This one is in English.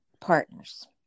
partners